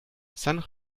san